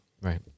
right